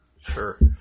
Sure